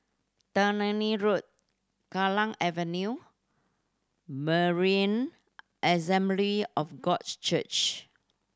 Tannery Road Kallang Avenue Berean Assembly of God Church